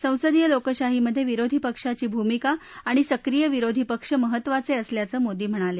संसदिय लोकशाहीमधे विरोधी पक्षाची भुमिका आणि सक्रिय विरोधी पक्ष महत्त्वाचे असल्याचं मोदी म्हणाले